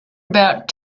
about